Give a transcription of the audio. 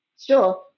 Sure